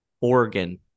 Oregon